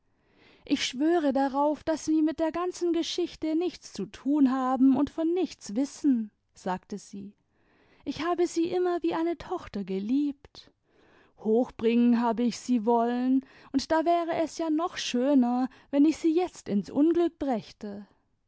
ich schwöre darauf daß sie mit der ganzen geschichte nichts zu tun haben und von nichts wissen sagte sie ich habe sie immer wie eine tochter geliebt hochbringen habe ich sie wollen tmd da wäre es ja noch schöner weim ich sie jetzt ins unglück brächte